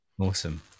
Awesome